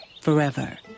forever